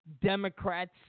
Democrats